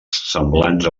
semblants